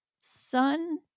Son